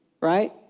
right